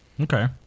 Okay